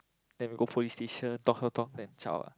then we go police station talk talk talk then zhao lah